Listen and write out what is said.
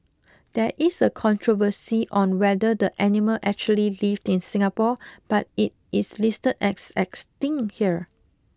there is a controversy on whether the animal actually lived in Singapore but it is listed as 'Extinct' here